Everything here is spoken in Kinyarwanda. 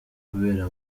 kubera